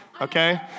Okay